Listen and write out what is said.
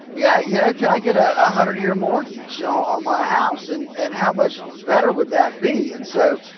yeah, you know, can i get a hundred year mortgage on my house? and, and how much better would that be? and so